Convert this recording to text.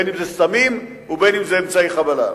בין שזה סמים ובין שזה אמצעי חבלה.